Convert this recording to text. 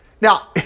Now